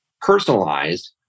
personalized